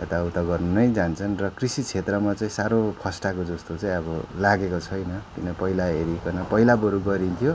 यताउता गर्नु नै जान्छन् र कृषि क्षेत्रमा चाहिँ साह्रो फस्टाएको जस्तो चाहिँ अब लागेको छैन किन पहिला हेरिकन पहिला बरू गरिन्थ्यो